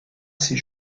ses